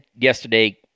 yesterday